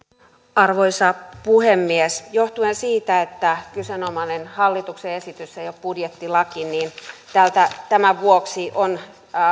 arvoisa puhemies johtuen siitä että kyseenomainen hallituksen esitys ei ole budjettilaki tämän vuoksi on